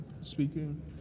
speaking